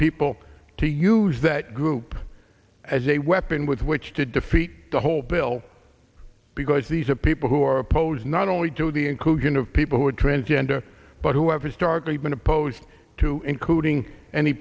people to use that group as a weapon with which to defeat the whole bill because these are people who are opposed not only to the inclusion of people who are transgender but who have historically been opposed to including any